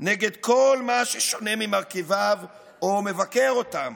נגד כל מה ששונה ממרכיביו או מבקר אותם,